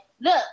Look